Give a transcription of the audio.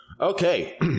Okay